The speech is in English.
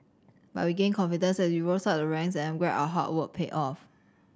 but we gained confidence as we rose up the ranks and I'm glad our hard work paid off